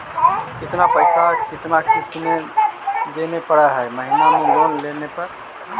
कितना पैसा किस्त देने पड़ है महीना में लोन लेने पर?